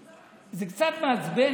זה קצת מעצבן,